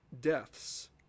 deaths